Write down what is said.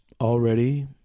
already